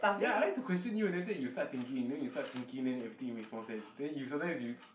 ya I like to question you then after that you start thinking then you start thinking then everything makes more sense then you sometimes you